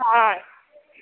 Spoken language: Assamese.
হয়